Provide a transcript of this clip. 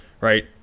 right